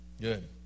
Good